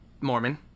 Mormon